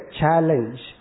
challenge